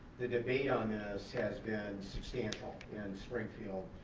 the debate on this has been substantial in springfield.